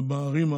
בערים,